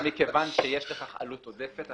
אבל מכיוון שיש לכך עלות עודפת,